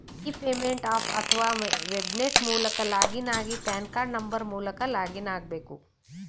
E payment app ಅತ್ವ website ಮೂಲಕ login ಆಗಿ ಪಾನ್ ಕಾರ್ಡ್ ನಂಬರ್ ಮೂಲಕ ಲಾಗಿನ್ ಆಗ್ಬೇಕು